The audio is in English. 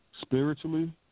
Spiritually